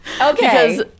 okay